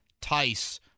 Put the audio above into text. Tice